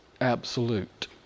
absolute